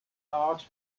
odds